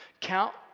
Count